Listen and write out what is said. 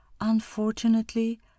Unfortunately